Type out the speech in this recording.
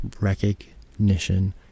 recognition